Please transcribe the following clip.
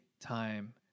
time